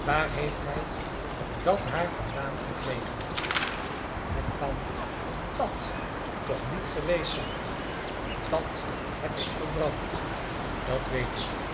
waar heeft hij dat haar vandaan gekregen het kan dat toch niet geweest zijn dat heb ik verbrand dat weet ik